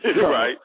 Right